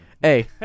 Hey